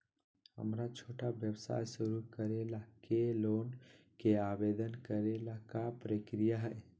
हमरा छोटा व्यवसाय शुरू करे ला के लोन के आवेदन करे ल का प्रक्रिया हई?